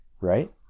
right